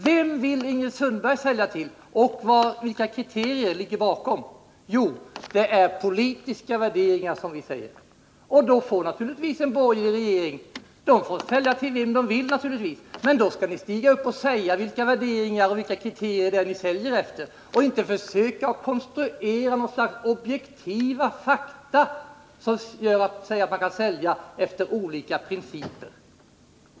Vem vill Ingrid Sundberg sälja till, och vilka kriterier ligger bakom? Jo, det är politiska värderingar. En borgerlig regering får naturligtvis sälja till vem den vill, men då skall ni stiga upp och säga vilka värderingar och kriterier ni stöder er på. Ni skall inte försöka konstruera något slags objektiva fakta som säger att man kan sälja efter olika principer.